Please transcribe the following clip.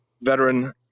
veteran